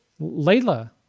Layla